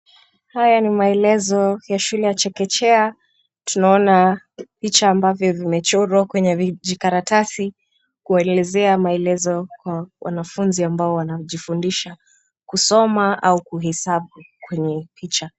Haya ni maelezo ya shule ya chekechea. Tunaona picha ambavyo vimechorwa kwenye vijikaratasi kuelezea maelezo kwa wanafunzi ambao wanajifundisha kusoma au kuhesabu kwenye picha.